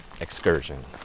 excursion